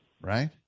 Right